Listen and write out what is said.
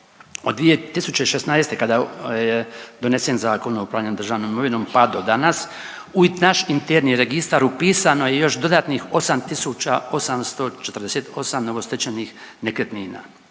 od 2016. kada je donesen Zakon o upravljanju državnom imovinom, pa do danas u naš interni registar upisano je još dodatnih 8848 novostečenih nekretnina.